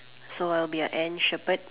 so I'll be an Ant Shepherd